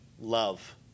love